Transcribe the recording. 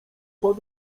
pan